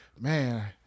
man